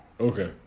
okay